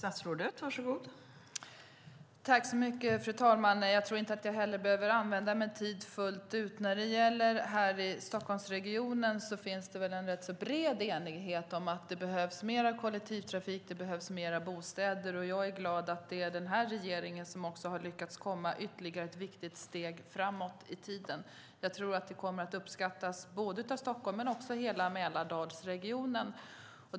Fru talman! Jag behöver inte heller använda min talartid fullt ut. I Stockholmsregionen finns en bred enighet om att det behövs mer kollektivtrafik och fler bostäder. Jag är glad att det är den här regeringen som har lyckats gå ett viktigt steg framåt i tiden. Det kommer att uppskattas av stockholmarna och av hela Mälardalsregionen.